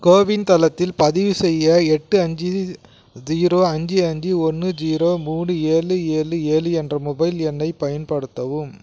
CoWIN தளத்தில் பதிவு செய்ய எட்டு அஞ்சு ஜீரோ அஞ்சு அஞ்சு ஒன்று ஜீரோ மூணு ஏழு ஏழு ஏழு என்ற மொபைல் எண்ணைப் பயன்படுத்தவும்